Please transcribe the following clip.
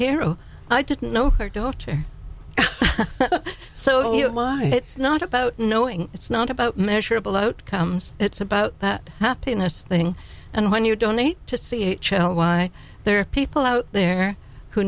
hero i didn't know her daughter so it's not about knowing it's not about measurable outcomes it's about that happiness thing and when you donate to c h l y there are people out there who